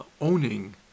owning